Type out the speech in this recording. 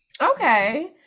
okay